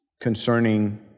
concerning